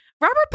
Robert